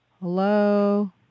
Hello